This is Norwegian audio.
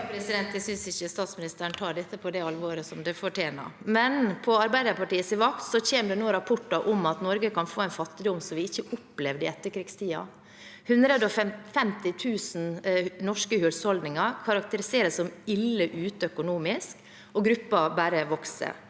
Jeg synes ikke stats- ministeren tar dette på det alvoret det fortjener. På Arbeiderpartiets vakt kommer det nå rapporter om at Norge kan få en fattigdom som vi ikke har opplevd i etterkrigstiden. 150 000 norske husholdninger karakteriseres som å være ille ute økonomisk, og gruppen bare vokser.